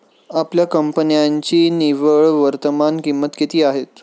आपल्या कंपन्यांची निव्वळ वर्तमान किंमत किती आहे?